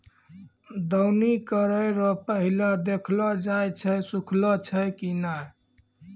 दौनी करै रो पहिले देखलो जाय छै सुखलो छै की नै